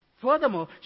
Furthermore